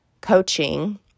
coaching